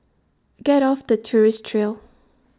get off the tourist trail